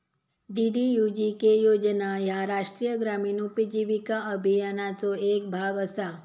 DDUGK योजना ह्या राष्ट्रीय ग्रामीण उपजीविका अभियानाचो येक भाग असा